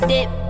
Dip